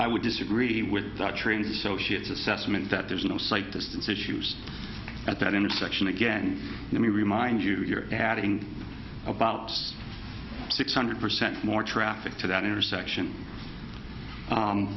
i would disagree with that training associates assessment that there's no sight distance issues at that intersection again let me remind you you're adding about six hundred percent more traffic to that intersection